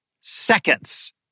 seconds